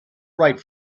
right